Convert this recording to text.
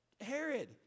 Herod